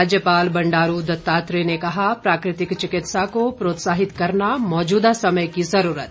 राज्यपाल बंडारू दत्तात्रेय ने कहा प्राकृतिक चिकित्सा को प्रोत्साहित करना मौजूदा समय की जरूरत